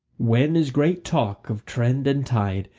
when is great talk of trend and tide,